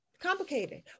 Complicated